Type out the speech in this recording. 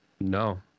No